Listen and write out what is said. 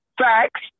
Facts